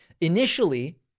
initially